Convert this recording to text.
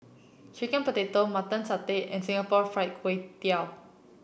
Chicken Pocket Mutton Satay and Singapore Fried Kway Tiao